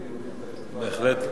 בהחלט.